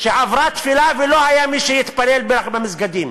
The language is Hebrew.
שעברה תפילה ולא היה מי שיתפלל במסגדים,